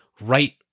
right